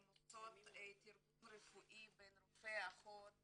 הן עושות תרגום רפואי בין רופא, אחות